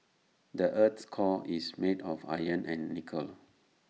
the Earth's core is made of iron and nickel